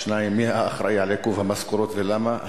2. מי אחראי לעיכוב המשכורות ולמה?